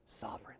sovereign